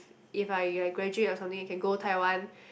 if I I graduate or something we can go Taiwan